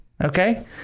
okay